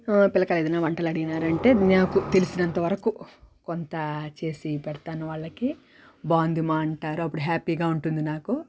పిల్లకాయలు ఏదైనా వంటలడిగినారంటే నాకు తెలిసినంత వరకు కొంత చేసి పెడతాను వాళ్ళకి బాగుంది మా అంటారు అప్పుడు హ్యాపీగా ఉంటుంది నాకు